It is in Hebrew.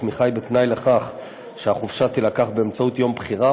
התמיכה היא בתנאי שהחופשה תילקח כיום בחירה,